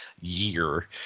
year